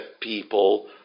people